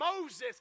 Moses